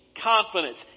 confidence